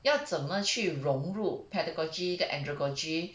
要怎么去融入 pedagogy 跟 andragogy